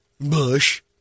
Bush